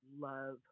love